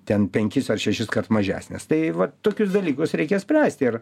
ten penkis ar šešiskart mažesnės tai vat tokius dalykus reikia spręst ir